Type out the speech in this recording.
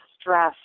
stress